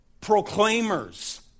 Proclaimers